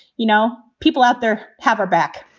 you know, people out there have our back